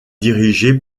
dirigé